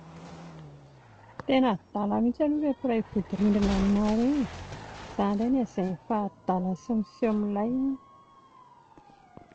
Tena adala mihintsy aloha ilay mpiray vodirindrina aminareo e, izaho indray no lazainy fa adala sy miseho milay hono